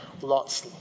Lot's